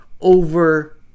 over